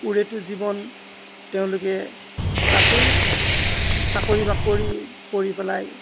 ওৰেটো জীৱন তেওঁলোকে তাতেই চাকৰি বাকৰি কৰি পেলাই